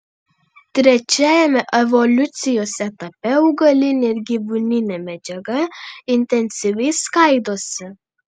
trečiajame evoliucijos etape augalinė ir gyvūninė medžiaga intensyviai skaidosi